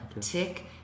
Tick